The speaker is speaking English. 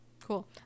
Cool